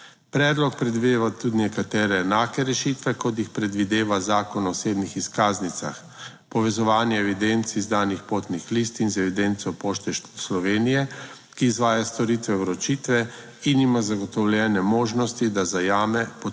Predlog predvideva tudi nekatere enake rešitve, kot jih predvideva Zakon o osebnih izkaznicah. Povezovanje evidenc izdanih potnih listin in z evidenco Pošte Slovenije, ki izvaja storitve vročitve in ima zagotovljene možnosti, da zajame podpis